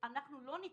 עוד לא עשו תִגמול.